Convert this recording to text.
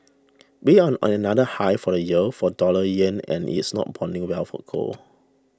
we're on another high for the year for dollar yen and it's not bonding well for gold